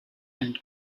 end